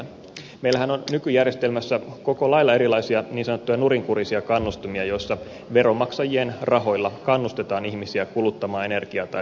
meillähän on nykyjärjestelmässä koko lailla erilaisia niin sanottuja nurinkurisia kannustimia joissa veronmaksajien rahoilla kannustetaan ihmisiä kuluttamaan energiaa tai tuottamaan päästöjä